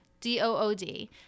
D-O-O-D